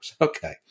Okay